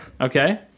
okay